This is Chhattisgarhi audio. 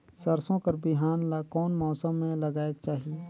सरसो कर बिहान ला कोन मौसम मे लगायेक चाही?